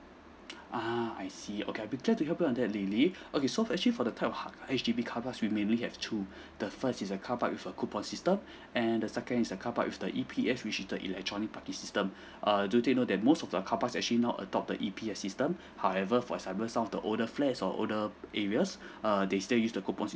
uh I see okay I will try to help you on that lily okay so actually for the type of H H_D_B carpark we mainly have two the first is a carpark with a coupon system and the second is a carpark with the E_P_S which is the electronic parking system err do take note that most of the carpark is actually now adopt the E_P_S system however for some of the older flats or older areas err they still use the coupon